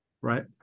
right